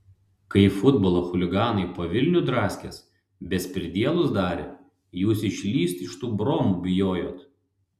kai futbolo chuliganai po vilnių draskės bespridielus darė jūs išlįst iš tų bromų bijojot